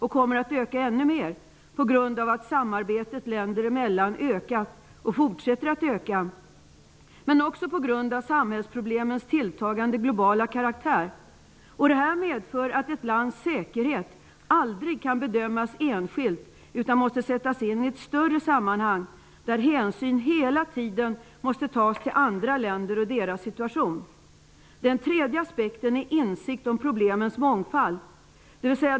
De kommer att öka ännu mer på grund av att samarbetet länder emellan ökat och fortsätter att öka, men också på grund av samhällsproblemens tilltagande globala karaktär. Detta medför att ett lands säkerhet aldrig kan bedömas enskilt utan måste sättas in i ett större sammanhang. Hänsyn måste hela tiden tas till andra länder och deras situation. Den tredje aspekten är insikt om problemens mångfald.